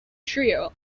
trio